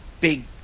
big